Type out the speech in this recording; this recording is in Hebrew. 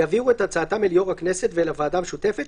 יעבירו את הצעתם אל יו"ר הכנסת ואל הוועדה המשותפת,